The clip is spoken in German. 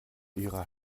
ihrer